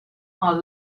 are